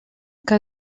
cas